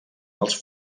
dels